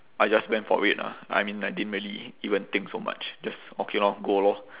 I just went for it lah I mean I didn't really even think so much just okay lor go lor